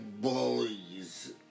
bullies